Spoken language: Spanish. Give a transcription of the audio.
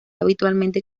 habitualmente